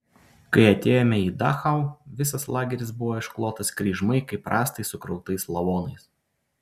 kai atėjome į dachau visas lageris buvo išklotas kryžmai kaip rąstai sukrautais lavonais